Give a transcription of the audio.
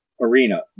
arena